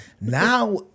Now